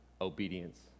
obedience